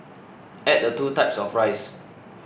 add the two types of rice